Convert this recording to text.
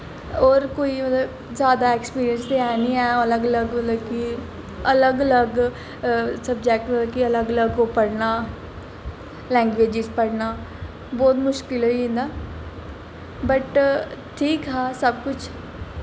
होर कोई ओह्दा जैदा एक्सपिरिंस है निं ऐ अलग अलग मतलब कि अलग अलग सबजैक्ट मतलब कि अलग अलग पढ़ना लैंग्वेज़िस पढ़ना बौह्त मुश्किल होई जंदा बट ठीक हा सब कुछ